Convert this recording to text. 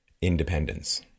independence